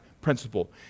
principle